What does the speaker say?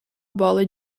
bola